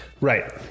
Right